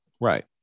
right